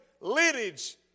lineage